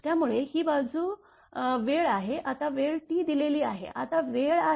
त्यामुळे ही बाजू वेळ आहे आता वेळ T दिलेली आहे आता वेळ आहे